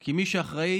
כי מי שאחראי